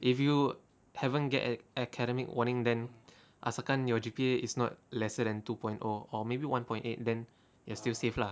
if you haven't get a~ academic warning then asalkan your G_P_A is not lesser than two point O or maybe one point eight then you're still save lah